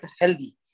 healthy